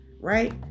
right